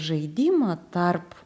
žaidimą tarp